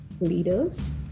leaders